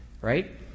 Right